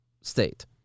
state